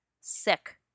sick